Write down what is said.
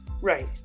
Right